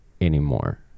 anymore